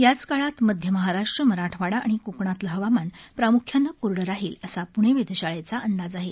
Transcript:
याच काळात मध्य महाराष्ट्र मराठवाडा आणि कोकणातलं हवामान प्रामुख्यानं कोरडं राहील असा पुणे वेधशाळेचा अंदाज आहे